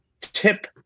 Tip